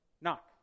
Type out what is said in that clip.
knock